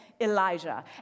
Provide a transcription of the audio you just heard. Elijah